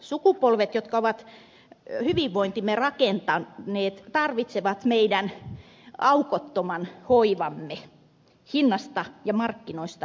sukupolvet jotka ovat hyvinvointimme rakentaneet tarvitsevat meidän aukottoman hoivamme hinnasta ja markkinoista riippumatta